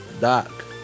Doc